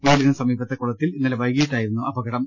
വീടിനു സമീപത്തെ കുളത്തിൽ ഇന്നലെ വൈകീട്ടായിരുന്നു അപകടം